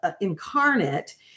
incarnate